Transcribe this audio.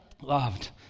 Loved